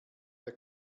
der